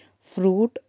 fruit